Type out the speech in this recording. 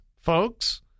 folks